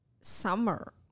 summer